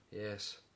Yes